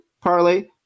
Parlay